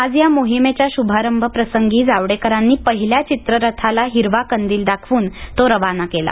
आज या मोहिमेच्या श्भारंभ प्रसंगी जावडेकरांनी पहिल्या चित्ररथाला हिरवा कंदील दाखवून तो रवाना केला